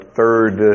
third